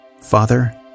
Father